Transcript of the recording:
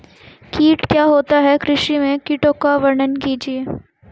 कीट क्या होता है कृषि में कीटों का वर्णन कीजिए?